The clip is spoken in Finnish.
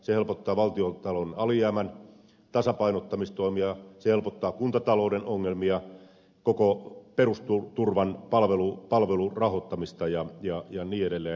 se helpottaa valtiontalouden alijäämän tasapainottamistoimia se helpottaa kuntatalouden ongelmia koko perusturvan palvelun rahoittamista ja niin edelleen